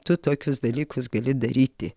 tu tokius dalykus gali daryti